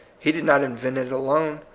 he did not invent it alone.